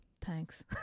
Thanks